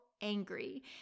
angry